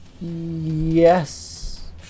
Yes